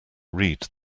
read